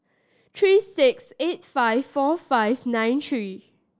three six eight five four five nine three